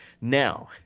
Now